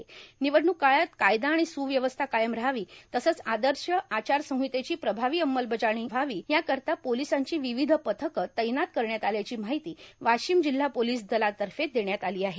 र्वनवडणूक काळात कायदा आर्माण सुव्यवस्था कायम रहावी तसंच आदश आचारसंहितेची प्रभावी अंमलबजावणी व्हावी यार्कारता पोलिसांची विविध पथकं तैनात करण्यात आल्याची मार्गाहती वाशिम जिल्हा पोलांस दलामाफत देण्यात आलां आहे